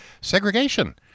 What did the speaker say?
segregation